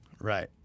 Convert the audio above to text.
Right